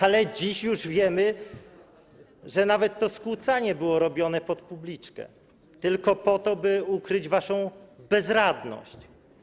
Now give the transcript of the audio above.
Ale dziś już wiemy, że nawet to skłócanie było robione pod publiczkę, tylko po to, by ukryć waszą bezradność.